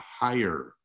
higher